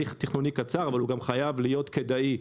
אבל הוא גם חייב להיות כדאי.